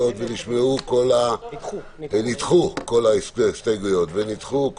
אני פותח את